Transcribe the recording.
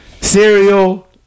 cereal